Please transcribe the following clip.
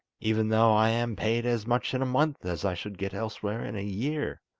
even though i am paid as much in a month as i should get elsewhere in a year